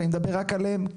אני מדבר רק עליהם.